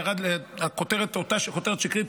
שאותה כותרת שקרית,